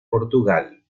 portugal